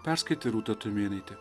perskaitė rūta tumėnaitė